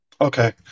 Okay